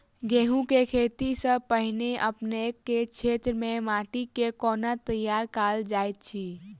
गेंहूँ केँ खेती सँ पहिने अपनेक केँ क्षेत्र मे माटि केँ कोना तैयार काल जाइत अछि?